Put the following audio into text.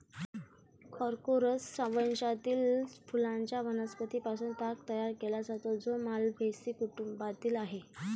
Corchorus वंशातील फुलांच्या वनस्पतीं पासून ताग तयार केला जातो, जो माल्व्हेसी कुटुंबातील आहे